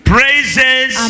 praises